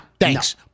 thanks